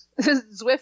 Zwift